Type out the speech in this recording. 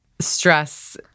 stress